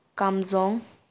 ꯀꯥꯝꯖꯣꯡ